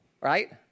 Right